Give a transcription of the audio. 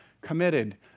committed